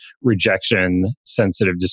rejection-sensitive